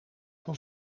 van